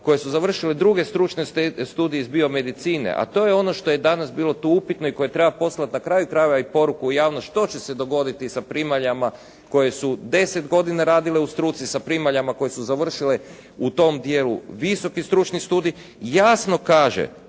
koje su završile druge stručne studije iz biomedicine. A to je ono što je danas bilo tu upitno i koje treba poslat na kraju krajeva i poruku u javnost što će se dogoditi sa primaljama koje su deset godina radile u struci sa primaljama koje su završile u tom dijelu visoki stručni studij, jasno kaže